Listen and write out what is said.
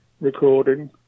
recording